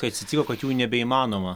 kai atsitiko kad jau nebeįmanoma